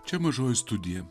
čia mažoji studija